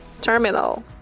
terminal